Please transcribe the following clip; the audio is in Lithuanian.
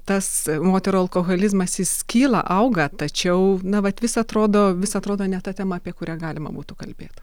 tas moterų alkoholizmas jis kyla auga tačiau na vat vis atrodo vis atrodo ne ta tema apie kurią galima būtų kalbėt